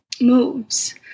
moves